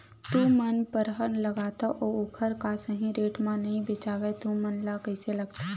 तू मन परहा लगाथव अउ ओखर हा सही रेट मा नई बेचवाए तू मन ला कइसे लगथे?